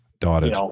Dotted